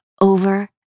over